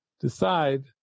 Decide